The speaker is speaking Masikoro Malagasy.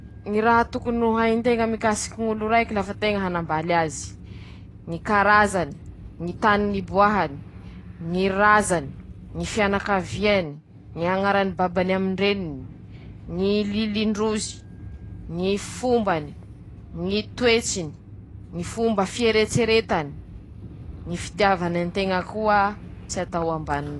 Raha bevata aminy ñy fiaiñan-teña moa ñy fanaña ñy nama samby karazany io, ñ'antony: -Hampitomboan-teña ñy fahaiza noho ñy fahalalà anañan-teña ;ñ'olo samby aminy ñy vetsivetsiny, samby mana ñy fomba fahitany ñy fiaiñany, manahaky anizay koa, ñy fañampean-teña aminy ñy fiaiñan-teña manoka noho ñy aminy ñy vetsivetsin-teña ;misy ñy toetsay tokony hatao misy ñy tsy tokony hatao.